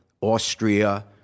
Austria